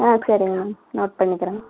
ஆ சரிங்க ma'am note பண்ணிக்கிறேங்க